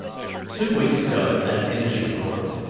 two weeks ago, at an energy forum,